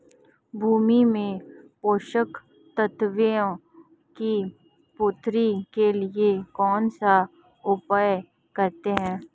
भूमि में पोषक तत्वों की पूर्ति के लिए कौनसा उपाय करते हैं?